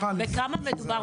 בכמה מדובר?